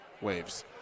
waves